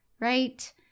right